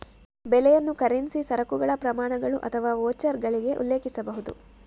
ಬೆಲೆಯನ್ನು ಕರೆನ್ಸಿ, ಸರಕುಗಳ ಪ್ರಮಾಣಗಳು ಅಥವಾ ವೋಚರ್ಗಳಿಗೆ ಉಲ್ಲೇಖಿಸಬಹುದು